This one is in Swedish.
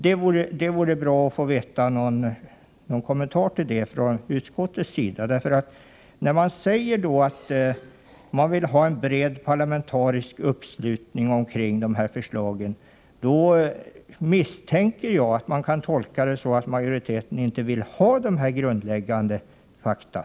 Det vore bra att få någon kommentar till detta från utskottsmajoritetens sida. När man säger att man vill ha en bred parlamentarisk uppslutning kring dessa förslag, misstänker jag att man kan tolka det så att majoriteten inte vill tillgodose dessa grundkrav.